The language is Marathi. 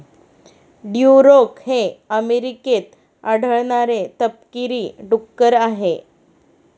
ड्युरोक हे अमेरिकेत आढळणारे तपकिरी डुक्कर आहे